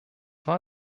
war